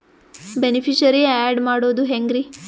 Beneficiary, add ಮಾಡೋದು ಹೆಂಗ್ರಿ?